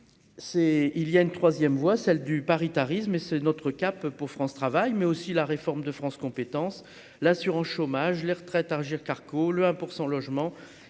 il y a une 3ème voie celle du paritarisme et c'est notre cap pour France travaille, mais aussi la réforme de France compétences l'assurance chômage, les retraites Agirc-Arrco le 1 % logement